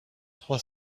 trois